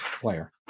player